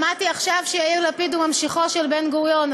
שמעתי עכשיו שיאיר לפיד הוא ממשיכו של בן-גוריון,